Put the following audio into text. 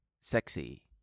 sexy